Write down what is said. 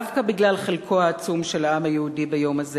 דווקא בגלל חלקו העצום של העם היהודי ביום הזה,